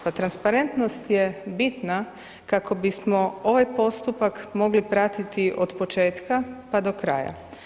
Pa transparentnost je bitna kako bismo ovaj postupak mogli pratiti od početka, pa do kraja.